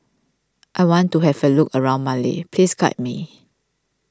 I want to have a look around Male please guide me